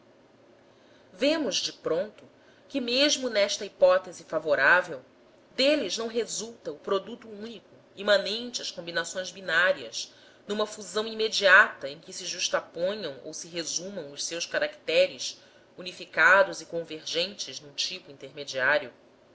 vemos de pronto que mesmo nesta hipótese favorável deles não resulta o produto único imanente às combinações binárias numa fusão imediata em que se justaponham ou se resumam os seus caracteres unificados e convergentes num tipo intermediário